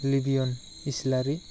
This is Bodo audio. लिबियन इस्लारि